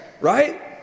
right